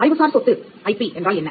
அறிவுசார்சொத்து என்றால் என்ன